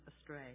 astray